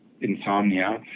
insomnia